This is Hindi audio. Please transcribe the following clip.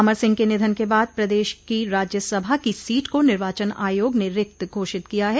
अमर सिंह के निधन के बाद प्रदेश की राज्यसभा की सीट को निर्वाचन आयोग ने रिक्त घोषित किया है